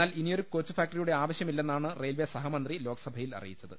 എന്നാൽ ഇനിയൊരു കോച്ചുഫാ ക്ടറിയുടെ ആവശ്യ മില്ലെന്നാണ് റെയിൽവെ സഹമന്ത്രി ലോക്സഭയിൽ അറിയിച്ചത്